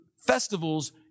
Festivals